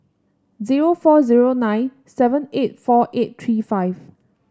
zero four zero nine seven eight four eight three five